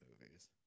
movies